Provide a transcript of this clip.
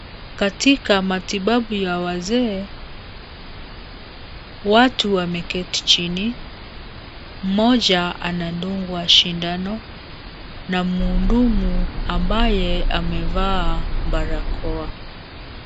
Katika matibabu ya wazee, watu wameketi chini. Mmoja anadungwa sindano na mhudumu ambaye amevaa barakoa.